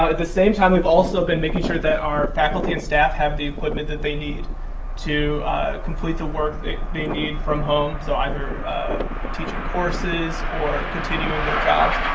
ah the same time, we've also been making sure that our faculty and staff have the equipment that they need to complete the work they they need from home, so either teaching courses or continuing their jobs,